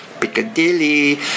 Piccadilly